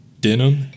Denim